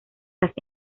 las